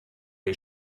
ihr